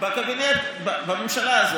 בממשלה הזאת,